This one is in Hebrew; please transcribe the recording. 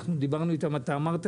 אנחנו דיברנו איתם והם עושים